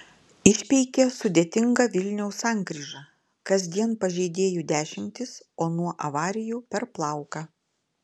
išpeikė sudėtingą vilniaus sankryžą kasdien pažeidėjų dešimtys o nuo avarijų per plauką